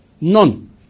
None